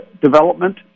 development